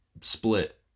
split